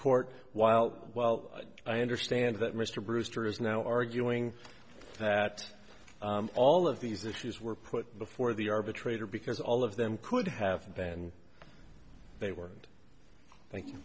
court while well i understand that mr brewster is now arguing that all of these issues were put before the arbitrator because all of them could have been they weren't thank you